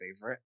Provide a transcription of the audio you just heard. favorite